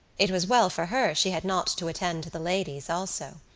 it was well for her she had not to attend to the ladies also.